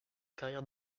carrière